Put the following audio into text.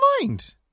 Mind